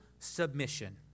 Submission